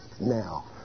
now